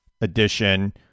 edition